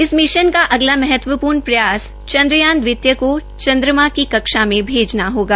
इस मिशन का अलावा महत्वपूर्ण प्रयास चन्द्रयान दवितीय को चन्द्रमा की कक्षा में भेजना होगा